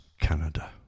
Canada